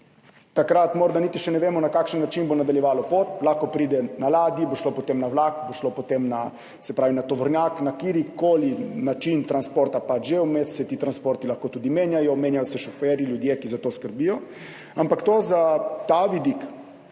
takrat morda niti še ne vemo, na kakšen način bo nadaljevalo pot. Lahko pride na ladji, potem bo šlo na vlak, potem na tovornjak, na katerikoli način transporta, že vmes se ti transporti lahko tudi menjajo, menjajo se šoferji, ljudje, ki za to skrbijo, ampak to je za ta vidik,